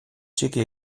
txiki